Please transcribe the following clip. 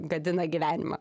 gadina gyvenimą